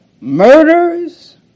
murders